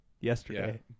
yesterday